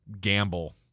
gamble